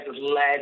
led